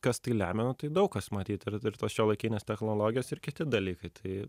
kas tai lemia nu tai daug kas matyt ir ir tos šiuolaikinės technologijos ir kiti dalykai tai